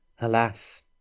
Alas